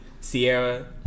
Sierra